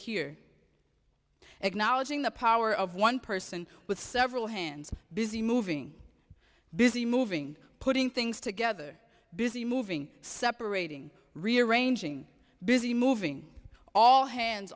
here acknowledging the power of one person with several hands busy moving busy moving putting things together busy moving separating rearranging busy moving all hands